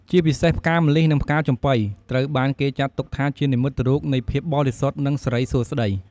ជាពិសេស ផ្កាម្លិះ និងផ្កាចំប៉ី ត្រូវបានគេចាត់ទុកថាជានិមិត្តរូបនៃភាពបរិសុទ្ធ និងសិរីសួស្តី។